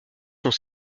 sont